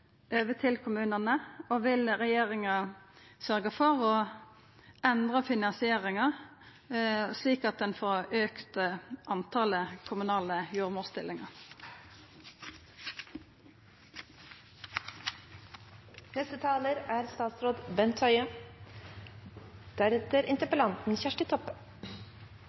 over til kommunane? Og vil regjeringa sørgja for å endra finansieringa, slik at ein får auka talet på kommunale